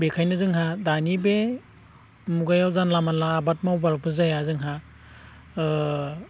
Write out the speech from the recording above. बेखायनो जोंहा दानि बे मुगायाव जानला मोनला आबाद मावब्लाबो जाया जोंहा